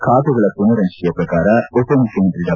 ಖಾತೆಗಳ ಮನರ್ ಹಂಚಿಕೆಯ ಪ್ರಕಾರ ಉಪಮುಖ್ಯಮಂತ್ರಿ ಡಾ